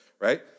right